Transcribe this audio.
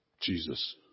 Jesus